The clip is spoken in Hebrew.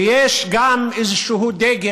ויש גם איזשהו דגם